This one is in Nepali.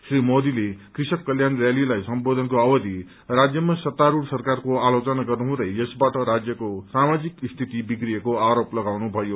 श्री मोदीले कृषक कत्याण रयालीलाई सम्बोधनको अवधि राज्यमा सत्तारूढ़ सरकारको आलोचना गर्नुहुँदै यसबाट राज्यको सामाजिक स्थिति विग्रिएको आरोप लगाउनुभयो